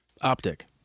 Optic